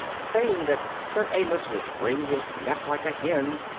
saying that sir amyas would wring his neck like a hen's,